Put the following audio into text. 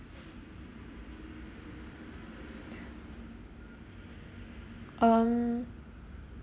um